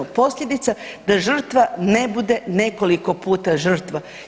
Posljedica da žrtva ne bude nekoliko puta žrtva.